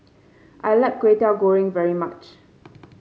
I like Kway Teow Goreng very much